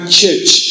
church